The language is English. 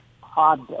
hard